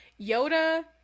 Yoda